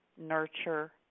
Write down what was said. nurture